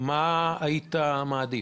מה היית מעדיף?